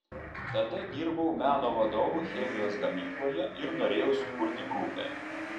tada dirbau meno vadovu chemijos gamykloje ir norėjau sukurti grupę